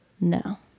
No